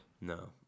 No